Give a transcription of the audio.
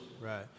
Right